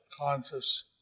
conscious